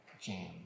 jam